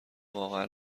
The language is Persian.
واقعا